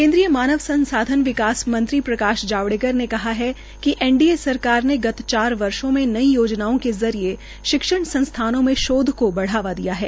केन्द्रीय मानव संसाधन विकास मंत्री प्रकाश जावेड़कर ने कहा है कि एन डी ए सरकार ने गत चार वर्षो में नई योजना के जरिये शिक्षण संस्थानों में शोध को बढ़ावा दिया है